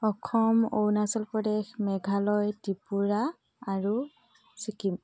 অসম অৰুণাচল প্ৰদেশ মেঘালয় ত্ৰিপুৰা আৰু ছিকিম